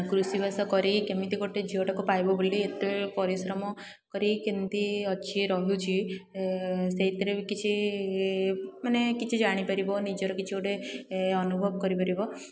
କୃଷିବାସ କରି କେମିତି ଗୋଟେ ଝିଅଟାକୁ ପାଇବା ବୋଲି ଏତେ ପରିଶ୍ରମ କରି କେମିତି ଅଛି ରହୁଛି ସେଇଥିରେ ବି କିଛି ମାନେ କିଛି ଜାଣିପାରିବ ନିଜର କିଛି ଗୋଟେ ଅନୁଭବ କରିପାରିବ